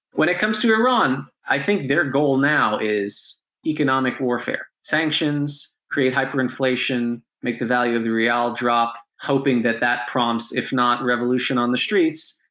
when it comes to iran, i think their goal now is economic warfare sanctions, create hyperinflation, make the value of the rial drop, hoping that that if not revolution on the streets,